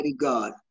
God